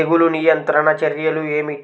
తెగులు నియంత్రణ చర్యలు ఏమిటి?